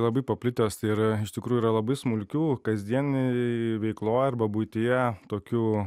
labai paplitęs tai yra iš tikrųjų yra labai smulkių kasdieninėj veikloj arba buityje tokių